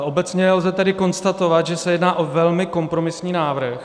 Obecně lze tedy konstatovat, že se jedná o velmi kompromisní návrh.